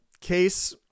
Case